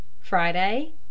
Friday